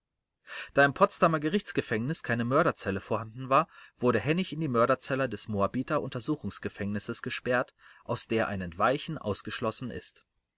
da im potsdamer gerichtsgefängnis keine mörderzelle vorhanden war wurde hennig in die mörderzelle des moabiter untersuchungsgefängnisses gesperrt aus der ein entweichen ausgeschlossen ist